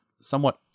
somewhat